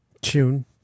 tune